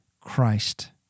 Christ